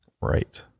right